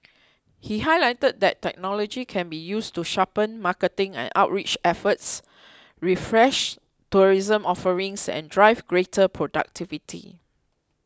he highlighted that technology can be used to sharpen marketing and outreach efforts refresh tourism offerings and drive greater productivity